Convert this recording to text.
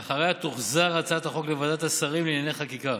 ואחריה תוחזר הצעת החוק לוועדת השרים לענייני חקיקה.